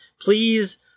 please